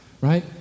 right